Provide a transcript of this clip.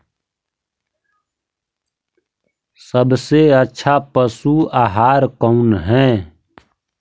सबसे अच्छा पशु आहार कौन है?